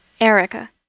Erica